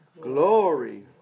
glory